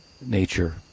nature